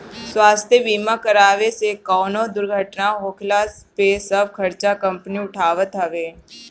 स्वास्थ्य बीमा करावे से कवनो दुर्घटना होखला पे सब खर्चा कंपनी उठावत हवे